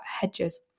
hedges